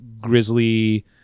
grizzly